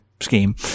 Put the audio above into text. scheme